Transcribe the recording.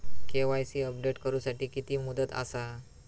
KYC update करू साठी किती मुदत आसा?